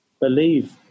believe